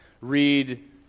read